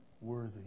worthy